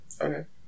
okay